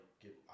get